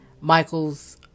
Michael's